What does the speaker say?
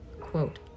Quote